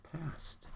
past